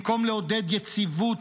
במקום לעודד יציבות,